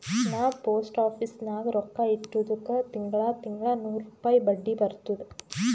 ನಾ post office ನಾಗ್ ರೊಕ್ಕಾ ಇಟ್ಟಿದುಕ್ ತಿಂಗಳಾ ತಿಂಗಳಾ ನೂರ್ ರುಪಾಯಿ ಬಡ್ಡಿ ಬರ್ತುದ್